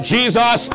Jesus